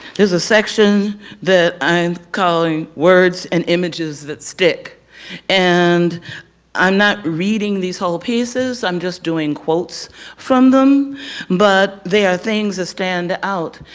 there's a section that i'm calling words and images that stick and i'm not reading these whole pieces i'm just doing quotes from them but they are things that stand out.